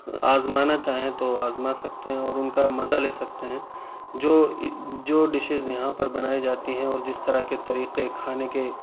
آزمانا چاہیں تو آزما سکتے ہیں اور ان کا مزہ لے سکتے ہیں جو جو ڈشیز یہاں پر بنائی جاتی ہیں اور جس طرح کے طریقے کھانے کے